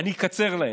אני אקצר להם.